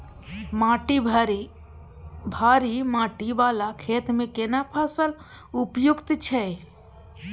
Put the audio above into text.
माटी भारी माटी वाला खेत में केना फसल उपयुक्त छैय?